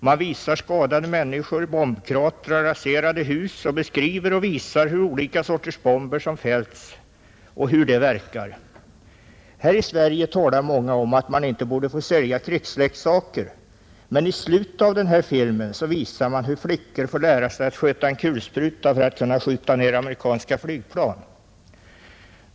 Man visar skadade människor, bombkratrar, raserade hus och beskriver och visar olika sorters bomber som fällts och hur de verkar. Här i Sverige talar många om att man inte borde få sälja krigsleksaker. Men i slutet av den här filmen visar man hur flickor får lära sig att sköta en kulspruta för att kunna skjuta ned amerikanska flygplan.